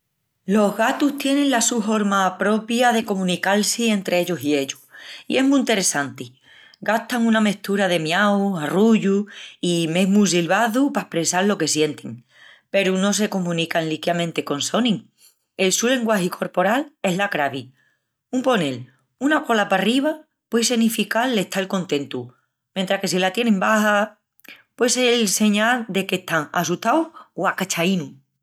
Los gatus tienin la su horma propia de comunical-si entri ellus i ellus, i es mu enteressanti. Gastan una mestura de miaus, arrullus i mesmu silvazus pa espressal lo que sientin. Peru no se comunican liquiamenti con sonis, el su lenguagi corporal es la cravi. Un ponel, una cola parriba puei senifical l'estal contentus, mentris que si la tienin baxa, puei sel señal de qu'están assustaus o acachaínus.